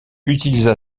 utilisa